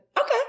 okay